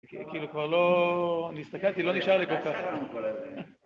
כאילו כבר לא, אני הסתכלתי, לא נשאר לי כל כך.